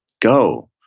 go,